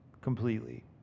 completely